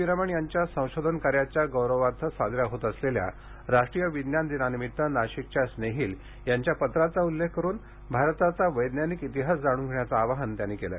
V Raman यांच्या संशोधनकार्याच्या गौरवार्थ साजऱ्या होत असलेल्या राष्ट्रीय विज्ञान दिनानिमित्त नाशिकच्या स्नेहिल यांच्या पत्राचा उल्लेख करून भारताचा वैज्ञानिक इतिहास जाणून घेण्याचं आवाहन पंतप्रधानांनी केलं